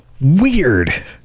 Weird